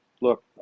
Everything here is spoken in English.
look